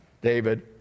David